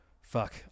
Fuck